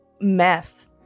meth